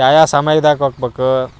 ಯಾವ ಯಾಬ ಸಮಯ್ದಾಗ ಹಾಕ್ಬೇಕು